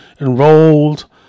enrolled